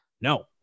no